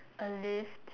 a lift